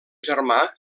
germà